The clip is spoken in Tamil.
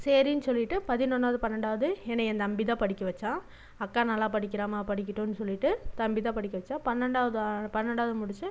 சரின்னு சொல்லிட்டு பதினொன்றாவது பன்னெண்டாவது என்னை என் தம்பிதான் படிக்க வைச்சான் அக்கா நல்லா படிக்கிறாம்மா படிக்கட்டும் சொல்லிட்டு தம்பிதான் படிக்க வைச்சான் பன்னெண்டாவது பன்னெண்டாவது முடித்து